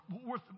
worth